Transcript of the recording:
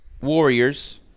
Warriors